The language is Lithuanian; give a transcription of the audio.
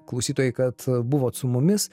klausytojai kad buvot su mumis